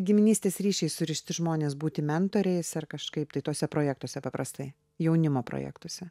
giminystės ryšiais surišti žmones būti mentoriais ar kažkaip tai tuose projektuose paprastai jaunimo projektuose